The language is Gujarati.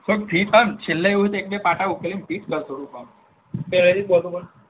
ફિટ કર છેલ્લે એક બે પાટા ઉકેલીને ફિટ કર થોડુંક આમ પેલેથી જ